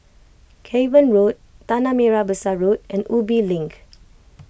Cavan Road Tanah Merah Besar Road and Ubi Link